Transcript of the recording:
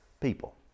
people